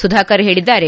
ಸುಧಾಕರ್ ಹೇಳಿದ್ದಾರೆ